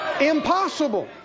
impossible